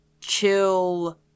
chill